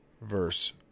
verse